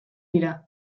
dira